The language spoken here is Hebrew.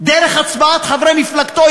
דרך הצבעת חברי מפלגתו,